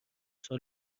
سال